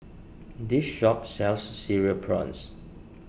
this shop sells Cereal Prawns